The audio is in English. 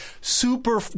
super